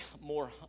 more